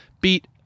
beat